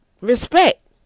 respect